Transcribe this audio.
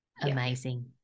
Amazing